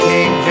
King